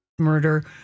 murder